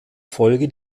folge